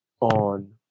on